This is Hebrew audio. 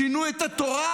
שינו את התורה?